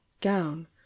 gown